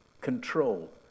control